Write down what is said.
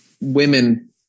women